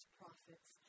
prophets